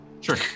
Sure